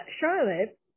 Charlotte